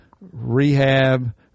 rehab